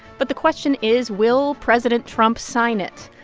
but the question is, will president trump sign it?